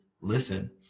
listen